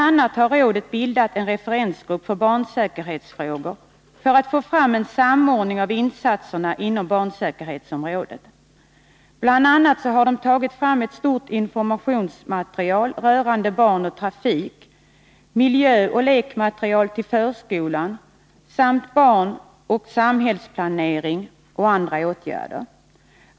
a. har rådet bildat en referensgrupp för barnsäkerhetsfrågor för att få fram en samordning av insatserna inom barnsäkerhetsområdet. Vidare har ett stort informationsmaterial utarbetats rörande barn och trafik, miljö och lekmaterial till förskolan, barn och samhällsplanering och andra åtgärder.